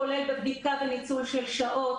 כולל בדיקה וניצול של שעות.